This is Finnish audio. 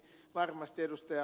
varmasti ed